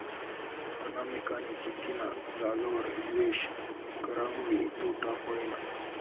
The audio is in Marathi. अनामिकानी चुकीना जागावर निवेश करामुये तोटा व्हयना